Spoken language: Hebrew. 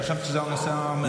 חשבתי שזה הנושא העיקרי.